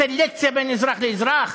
סלקציה בין אזרח לאזרח?